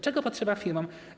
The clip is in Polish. Czego potrzeba firmom?